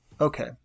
Okay